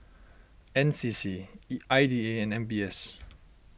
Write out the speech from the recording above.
N C C E I D A and M B S